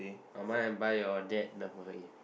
oh mine and buy your dad